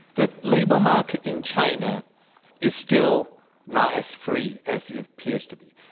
the labor market in china is still not as free as it appears to be.